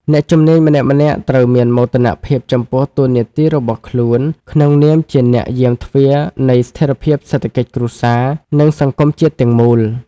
អ្នកជំនាញម្នាក់ៗត្រូវមានមោទនភាពចំពោះតួនាទីរបស់ខ្លួន ក្នុងនាមជាអ្នកយាមទ្វារនៃស្ថិរភាពសេដ្ឋកិច្ចគ្រួសារ និងសង្គមជាតិទាំងមូល។